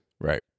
Right